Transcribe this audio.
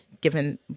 given